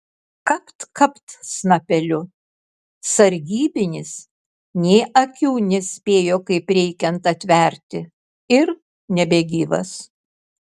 kapt kapt snapeliu sargybinis nė akių nespėjo kaip reikiant atverti ir nebegyvas